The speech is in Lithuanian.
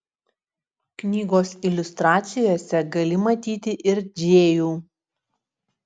knygos iliustracijose gali matyti ir džėjų